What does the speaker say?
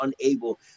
unable